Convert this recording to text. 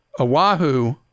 Oahu